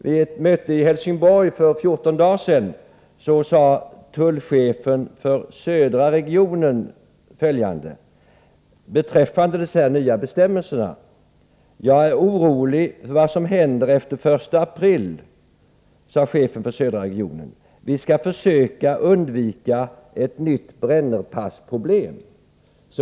Vid ett möte i Helsingborg för 14 dagar sedan sade tullchefen för södra regionen beträffande dessa nya bestämmelser att han är orolig för vad som händer efter den 1 april och att vi skall försöka undvika ett nytt Brennerpassproblem.